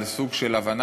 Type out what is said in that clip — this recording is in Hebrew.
על סוג של הבנה.